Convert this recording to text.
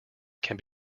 can